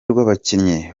rw’abakinnyi